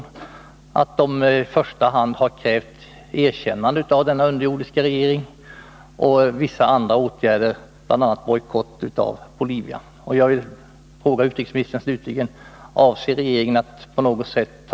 De har krävt i första hand erkännande av den underjordiska regeringen och vissa andra åtgärder, bl.a. bojkott av Bolivia.